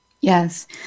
Yes